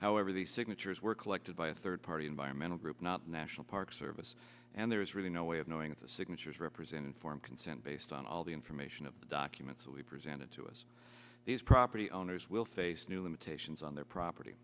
however the signatures were collected by a third party environmental group not national park service and there is really no way of knowing if the signatures represent informed consent based on all the information of the documents will be presented to us these property owners will face new limitations on their property